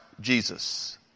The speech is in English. Jesus